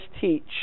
teach